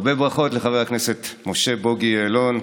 הרבה ברכות לחבר הכנסת משה בוגי יעלון.